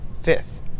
Fifth